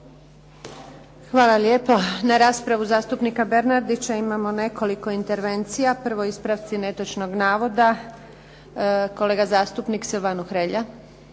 Hvala lijepa. Na raspravu zastupnika Bernardića imamo nekoliko intervencija. Prvo ispravci netočnog navoda. Kolega zastupnik Silvano Hrelja.